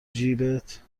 جیبت